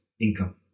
income